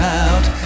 out